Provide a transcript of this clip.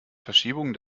verschiebungen